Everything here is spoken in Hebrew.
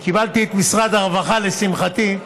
קיבלתי את משרד הרווחה, לשמחתי,